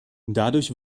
dadurch